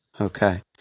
Okay